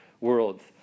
worlds